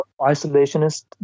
isolationist